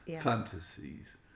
fantasies